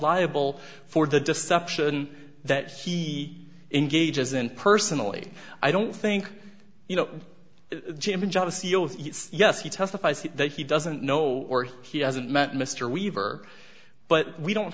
liable for the deception that he engages in personally i don't think you know yes he testifies that he doesn't know or he hasn't met mr weaver but we don't